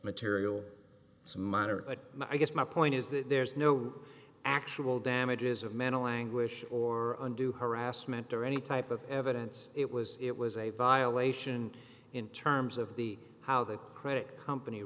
moderate but i guess my point is that there's no actual damages of mental anguish or undue harassment or any type of evidence it was it was a violation in terms of the how the credit company